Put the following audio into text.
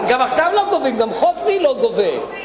גם עכשיו לא גובים, גם חופרי לא גובה.